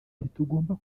ntitugomba